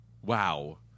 Wow